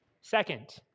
Second